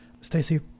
Stacey